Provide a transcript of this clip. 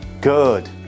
Good